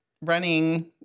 running